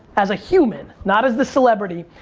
as a human, not as the celebrity,